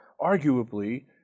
arguably